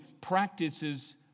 practices